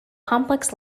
complex